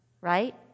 Right